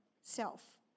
self